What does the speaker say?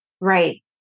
Right